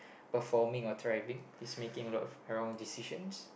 performing or thriving he's making a lot of wrong decisions